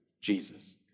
Jesus